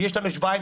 ויש לנו שבועיים,